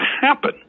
happen